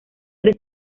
tres